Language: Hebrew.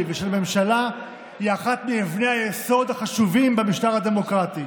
ושל ממשלה היא אחת מאבני היסוד החשובים במשטר הדמוקרטי.